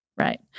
right